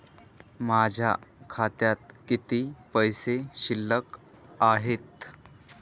माझ्या खात्यात किती पैसे शिल्लक आहेत?